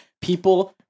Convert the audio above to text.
people